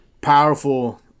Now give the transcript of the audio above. Powerful